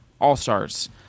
All-Stars